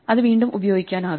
അത് വീണ്ടും ഉപയോഗിക്കാനാവില്ല